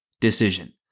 decision